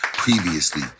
previously